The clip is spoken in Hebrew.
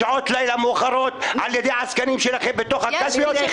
או בשעות לילה מאוחרות על ידי עסקנים שלכם בתוך הקלפיות.